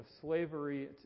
slavery